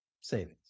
savings